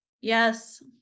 Yes